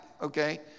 okay